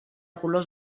colors